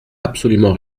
absolument